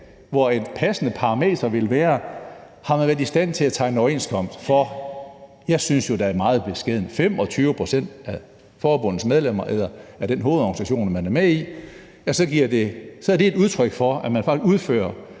hvor et passende parameter ville være, om man har været i stand til at tegne overenskomst, for, hvad jeg synes er meget beskedent, 25 pct. af forbundets medlemmer af den hovedorganisation, man er med i. Så er det et udtryk for, at man udfører